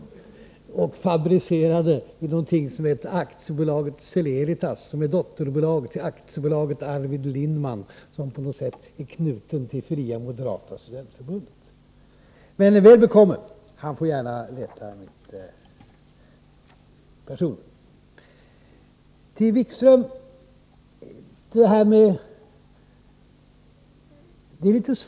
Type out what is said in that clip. Breven är fabricerade av något som heter Celeritas, som är dotterbolag till Aktiebolaget Arvid Lindman, som i sin tur på något sätt är knutet till Fria moderata studentförbundet. Men väl bekomme! Han får gärna leta rätt på mitt personnummer. Till Jan-Erik Wikström.